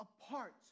apart